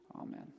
Amen